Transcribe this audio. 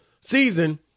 season